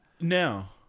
Now